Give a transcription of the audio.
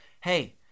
hey